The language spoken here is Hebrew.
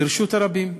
לרשות הרבים.